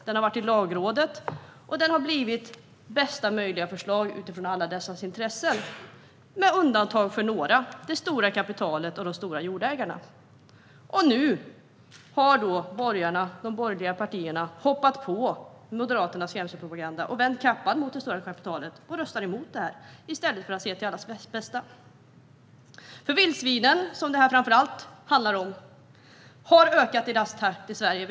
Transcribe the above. Det har varit i Lagrådet, och det har blivit bästa möjliga förslag utifrån alla dessa intressen, med undantag för några: det stora kapitalet och de stora jordägarna. Nu har de borgerliga partierna lyssnat på Moderaternas skrämselpropaganda och vänt kappan efter vinden. Man ser till det stora kapitalet och röstar emot det här i stället för att se till allas bästa. Vildsvinen, som det här framför allt handlar om, har ökat i rask takt i Sverige.